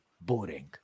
boring